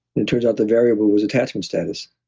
it turns out the variable was attachment status.